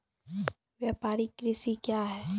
व्यापारिक कृषि क्या हैं?